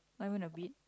I went to bid